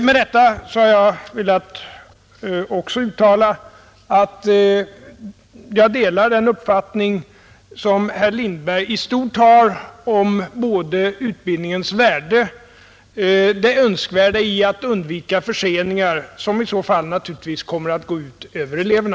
Med detta har jag även velat uttala att jag delar den uppfattning som herr Lindberg i stort har om både utbildningens värde och det önskvärda i att undvika förseningar, som naturligtvis skulle komma att gå ut över eleverna.